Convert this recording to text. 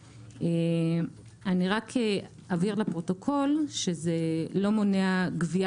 אני רק אבהיר לפרוטוקול שזה לא מונע גבייה